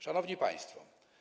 Szanowni Państwo!